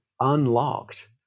unlocked